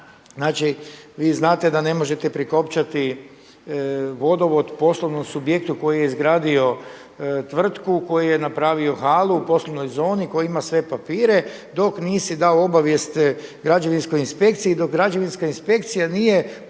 Znači vi znate da ne možete prikopčati vodovod poslovnom subjektu koji je izgradio tvrtku koju je napravio halu u poslovnoj zoni, koji ima sve papire dok nisi dao obavijest građevinskoj inspekciji, dok građevinska inspekcija nije potvrdila